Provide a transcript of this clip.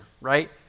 right